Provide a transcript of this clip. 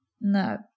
No